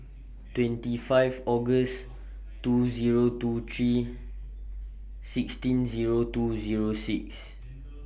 twenty five August two Zero two three sixteen Zero two Zero six